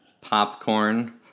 Popcorn